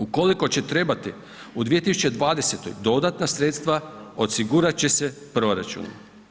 Ukoliko će trebati u 2020. dodatna sredstva osigurati će se proračun.